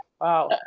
wow